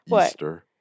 Easter